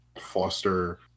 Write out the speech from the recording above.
Foster